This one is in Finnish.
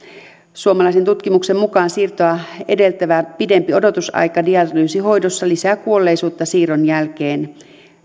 suomalaisen tutkimuksen mukaan siirtoa edeltävä pidempi odotusaika dialyysihoidossa lisää kuolleisuutta siirron jälkeen